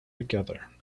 together